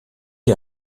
est